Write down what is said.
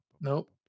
Nope